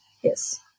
yes